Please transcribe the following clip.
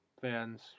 fans